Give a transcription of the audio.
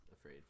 afraid